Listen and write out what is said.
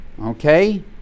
Okay